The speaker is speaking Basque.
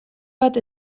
bat